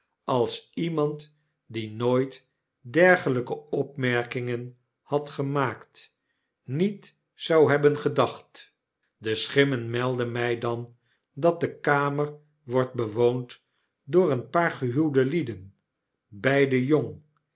als iemand die nooit dergelyke opmerkingen had gemaakt niet zou hebben gedacht de schimmen melden my dan dat de kamer wordt bewoond door een paar gehuwde lieden beiden